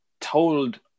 told